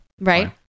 right